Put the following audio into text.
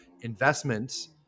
investments